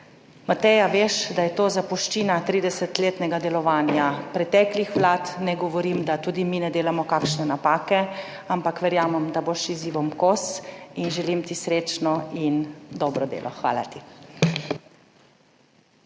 Mateja, veš, da je to zapuščina 30-letnega delovanja preteklih vlad, ne govorim, da tudi mi ne delamo kakšne napake, ampak verjamem, da boš izzivom kos in želim ti srečno in dobro delo. Hvala ti.